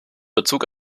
bezug